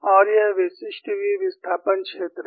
और यह विशिष्ट v विस्थापन क्षेत्र है